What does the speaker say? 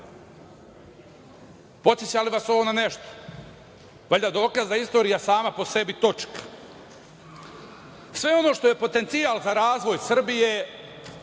li vas ovo na nešto? Valjda dokaz da je istorija sama po sebi točak. Sve ono što je potencijal za razvoj Srbije,